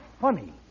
funny